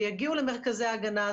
שיגיעו למרכזי הגנה.